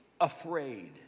afraid